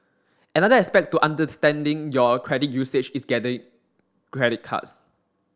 another aspect to understanding your credit usage is getting credit cards